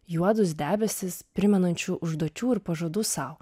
juodus debesis primenančių užduočių ir pažadų sau